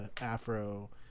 afro